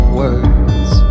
words